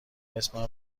اسمم